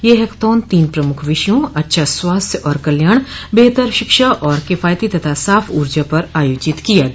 ये हैकथॉन तीन प्रमुख विषयों अच्छा स्वास्थ्य और कल्याण बेहतर शिक्षा और किफायती तथा साफ ऊर्जा पर आयोजित किया गया